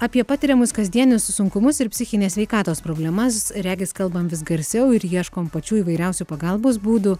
apie patiriamus kasdienius sunkumus ir psichinės sveikatos problemas regis kalbam vis garsiau ir ieškom pačių įvairiausių pagalbos būdų